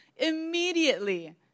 immediately